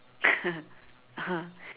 (uh huh)